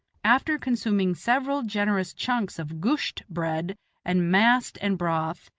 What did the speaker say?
after consuming several generous chunks of gusht bread and mast and broth,